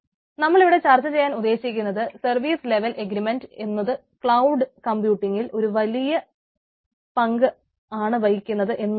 നമ്മളിവിടെ ചർച്ച ചെയ്യാൻ ഉദ്ദേശിച്ചത് സർവീസ് ലെവൽ എഗ്രിമെൻറ് എന്നത് ക്ലൌഡ് കമ്പ്യൂട്ടിങ്ങിൽ ഒരു വളരെ വലിയ പങ്കാണ് വഹിക്കുന്നത് എന്നുള്ളതാണ്